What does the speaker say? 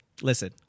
listen